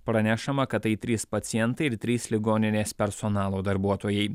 pranešama kad tai trys pacientai ir trys ligoninės personalo darbuotojai